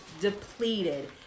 depleted